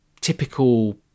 typical